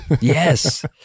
yes